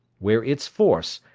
where its force,